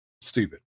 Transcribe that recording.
Stupid